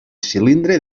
cilindre